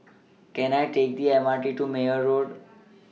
Can I Take The M R T to Meyer Road